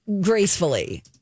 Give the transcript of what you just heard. gracefully